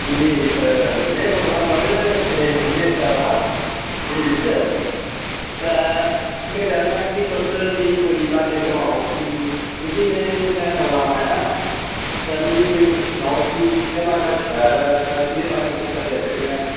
जी में बोल्ला ना म्हाराज में इद्धर आए दा हा टूरिस्ट ते में चाह्न्नां कि तुस मीं कोई इलाके घमाओ की जे में इत्थै नमां नमां आया ते मीं तुस कोई सनाओ कि कनेहा जेहा इलाके ऐ शैल ऐ जां केह्डे़ इलाके च अस जाई सकने आं